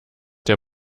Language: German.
der